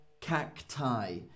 cacti